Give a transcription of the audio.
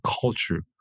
culture